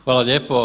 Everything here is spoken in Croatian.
Hvala lijepo.